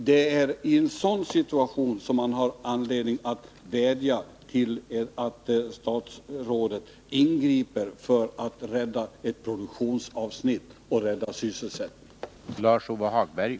Det är i en sådan situation som man har anledning att vädja till statsrådet att ingripa för att rädda ett produktionsavsnitt och sysselsättningen.